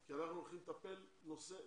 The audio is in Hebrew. כי אנחנו הולכים לטפל נושא נושא.